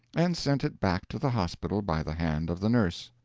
and sent it back to the hospital by the hand of the nurse.